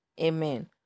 Amen